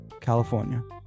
California